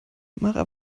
mara